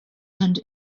and